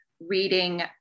reading